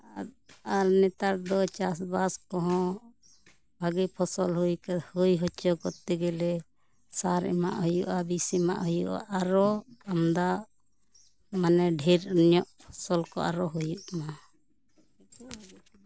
ᱟᱨ ᱱᱮᱛᱟᱨ ᱫᱚ ᱪᱟᱥ ᱵᱟᱥ ᱠᱚᱦᱚᱸ ᱵᱷᱟ ᱜᱤ ᱯᱷᱚᱥᱚᱞ ᱦᱩᱭ ᱦᱚᱪᱚ ᱠᱚᱨᱛᱮ ᱜᱮᱞᱮ ᱥᱟᱨ ᱮᱢᱟᱜ ᱦᱩᱭᱩᱜᱼᱟ ᱵᱤᱥ ᱮᱢᱟᱜ ᱦᱩᱭᱩᱜᱼᱟ ᱟᱨ ᱟᱨᱚ ᱟᱢᱫᱟ ᱢᱟᱱᱮ ᱰᱷᱮᱨ ᱧᱚᱜ ᱯᱷᱚᱥᱚᱞ ᱠᱚ ᱟᱨᱚ ᱦᱩᱭᱩᱜ ᱢᱟ